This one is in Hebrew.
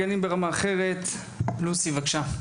מנכ״לית ארגון גנים ברמה אחרת, לוסי חדידה, בבקשה.